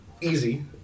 easy